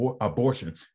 abortion